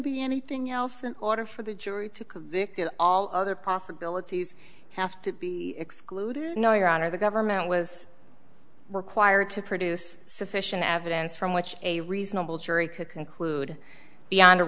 be anything else in order for the jury to all other possibilities have to be excluded no your honor the government was required to produce sufficient evidence from which a reasonable jury could conclude beyond a